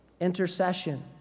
intercession